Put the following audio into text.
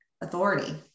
authority